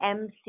MC